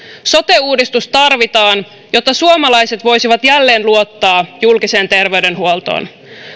sote uudistus tarvitaan jotta suomalaiset voisivat jälleen luottaa julkiseen terveydenhuoltoon